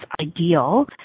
ideal